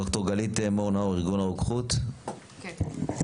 ד"ר גלית מור נאור, ארגון הרוקחות, בבקשה.